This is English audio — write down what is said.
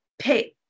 pay